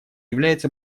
является